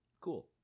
cool